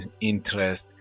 interest